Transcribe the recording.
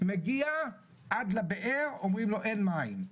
מגיע עד לבאר אומרים לו אין מים.